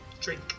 drink